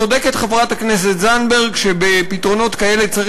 צודקת חברת הכנסת זנדברג שבפתרונות כאלה צריך